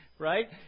Right